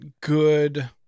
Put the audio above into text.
good